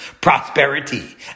prosperity